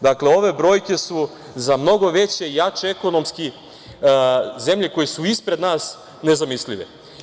Dakle, ove brojke su za mnogo veće i jače ekonomski, zemlje koje su ispred n nas nezamislive.